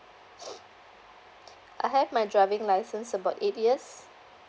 I have my driving license about A_B_S